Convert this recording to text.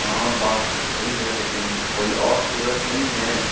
ہاں بات تو صحیح ہے لیکن کوئی اور صورت نہیں ہے